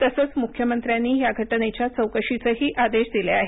तसंच मुख्यमंत्र्यांनी या घटनेच्या चौकशीचेही आदेश दिले आहेत